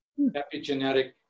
epigenetic